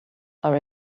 are